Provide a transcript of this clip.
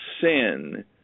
sin